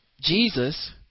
Jesus